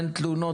אין תלונות,